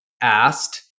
asked